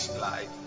life